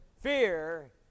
fear